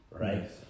right